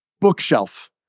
bookshelf